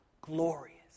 glorious